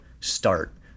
start